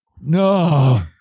no